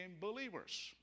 believers